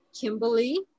Kimberly